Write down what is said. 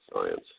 science